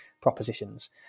propositions